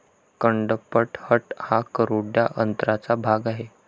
कडपह्नट हा कोरड्या अन्नाचा भाग आहे